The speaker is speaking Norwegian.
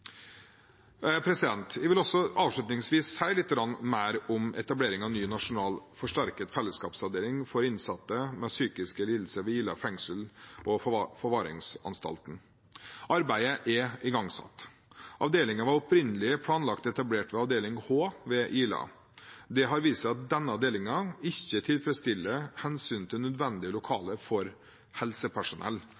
Jeg vil avslutningsvis si litt mer om etablering av ny nasjonal forsterket fellesskapsavdeling for innsatte med psykiske lidelser ved Ila fengsel og forvaringsanstalt. Arbeidet er igangsatt. Avdelingen var opprinnelig planlagt etablert ved Avdeling H ved Ila. Det har vist seg at denne avdelingen ikke tilfredsstiller hensynet til nødvendige